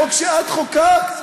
חוק שאת חוקקת.